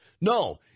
No